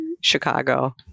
Chicago